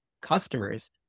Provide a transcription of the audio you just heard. customers